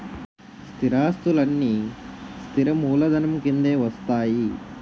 స్థిరాస్తులన్నీ స్థిర మూలధనం కిందే వస్తాయి